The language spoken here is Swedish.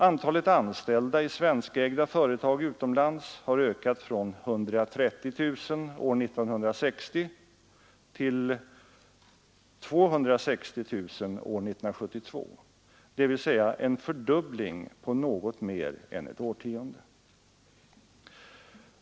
Antalet anställda i svenskägda företag utomlands har ökat från 130 000 år 1960 till 260 000 år 1972, dvs. en fördubbling på något mer än ett årtionde.